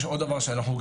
יש עוד דבר שחווים